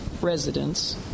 residents